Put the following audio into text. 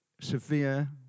severe